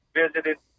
visited